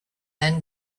then